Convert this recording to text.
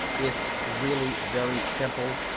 it's really very simple.